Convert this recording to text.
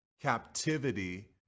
captivity